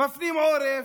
מפנים עורף.